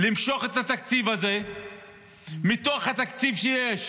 למשוך את התקציב הזה מתוך התקציב שיש,